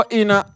ina